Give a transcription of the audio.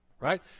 right